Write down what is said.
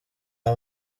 aya